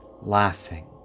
laughing